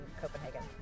Copenhagen